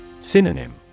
Synonym